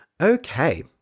Okay